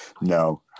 No